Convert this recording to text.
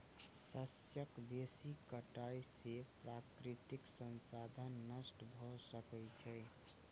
शस्यक बेसी कटाई से प्राकृतिक संसाधन नष्ट भ सकै छै